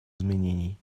изменений